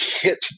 hit